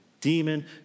demon